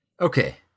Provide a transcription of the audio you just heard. Okay